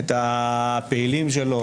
הפעילים שלו.